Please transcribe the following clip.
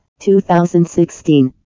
2016